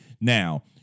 Now